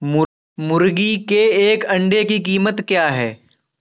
मुर्गी के एक अंडे की कीमत क्या है?